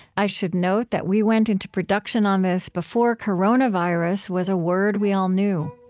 i should note that we went into production on this before coronavirus was a word we all knew.